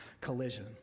collision